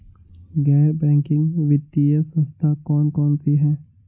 गैर बैंकिंग वित्तीय संस्था कौन कौन सी हैं?